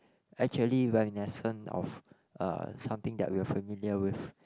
actually reminiscent of uh something that we are familiar with